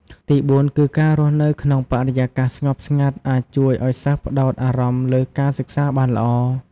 ទី៤ គឺការរស់នៅក្នុងបរិយាកាសស្ងប់ស្ងាត់អាចជួយឲ្យសិស្សផ្ដោតអារម្មណ៍លើការសិក្សាបានល្អ។